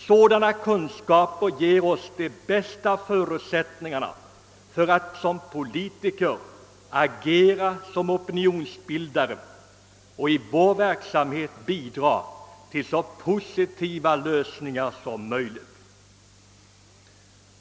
Sådana kunskaper ger oss de bästa förutsättningarna för att som politiker agera som opinionsbildare och i vår verksamhet bidra till så positiva lösningar som möjligt.